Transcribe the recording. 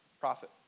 profit